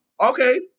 Okay